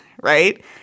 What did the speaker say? right